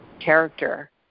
character